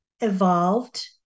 evolved